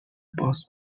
باز